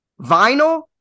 vinyl